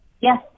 Yes